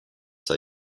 sei